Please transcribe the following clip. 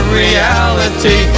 reality